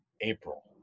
April